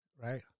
right